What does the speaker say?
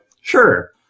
Sure